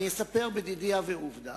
אספר בדידי הווה עובדא: